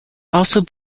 also